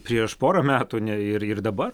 prieš porą metų ir ir dabar